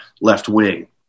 left-wing